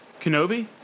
Kenobi